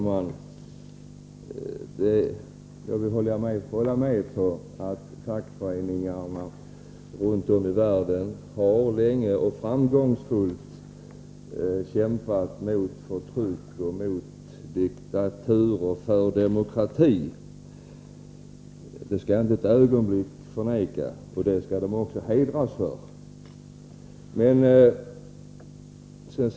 Herr talman! Jag kan hålla med om att fackföreningarna runt om i världen länge och framgångsrikt har kämpat mot förtryck och diktatur och för demokrati. Det skall jag inte ett ögonblick förneka, och detta skall fackföreningarna också hedras för.